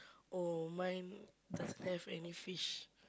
oh mine doesn't have any fish